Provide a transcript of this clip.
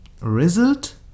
Result